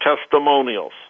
testimonials